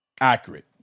accurate